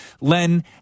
Len